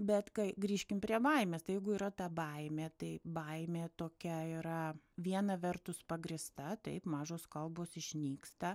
bet kai grįžkim prie baimės tai jeigu yra ta baimė tai baimė tokia yra viena vertus pagrįsta taip mažos kalbos išnyksta